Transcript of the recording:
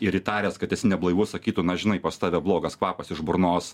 ir įtaręs kad esi neblaivus sakytų na žinai pas tave blogas kvapas iš burnos